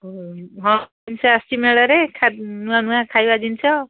ହଁ ହଁ ଆସିଛି ମେଳାରେ ନୂଆ ନୂଆ ଖାଇବା ଜିନିଷ